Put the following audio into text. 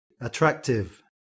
Attractive